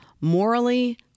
morally